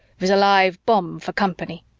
with a live bomb for company.